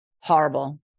horrible